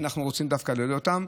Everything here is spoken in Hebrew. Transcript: שאנחנו רוצים דווקא לעודד אותם.